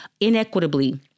inequitably